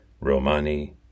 Romani